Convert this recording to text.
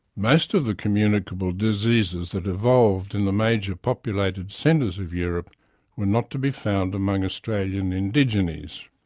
most of the communicable diseases that evolved in the major populated centres of europe were not to be found among australian indigenes.